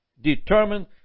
determined